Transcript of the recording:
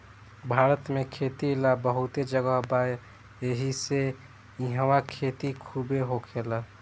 भारत में खेती ला बहुते जगह बा एहिसे इहवा खेती खुबे होखेला